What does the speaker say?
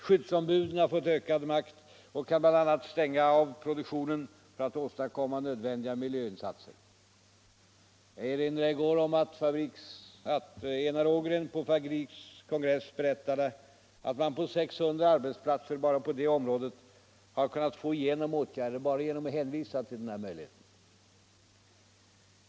Skyddsombuden har fått ökad makt och kan bl.a. stänga av produktionen för att åstadkomma nödvändiga miljöinsatser. Jag erinrade i går om att Enar Ågren på Fabriks kongress berättade att man på 600 arbetsplatser bara på det området har kunnat få igenom åtgärder enbart genom att hänvisa till denna möjlighet.